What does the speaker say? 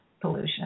pollution